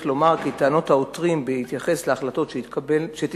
לומר כי טענות העותרים בהתייחס להחלטות שתתקבלנה,